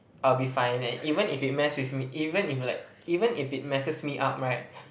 I'll be fine and even if it mess with me even if like even if it messes me up right